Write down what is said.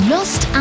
Lost